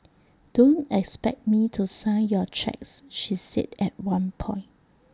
don't expect me to sign your cheques she said at one point